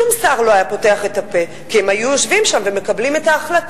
שום שר לא היה פותח את הפה כי הם היו יושבים שם ומקבלים את ההחלטה,